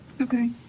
Okay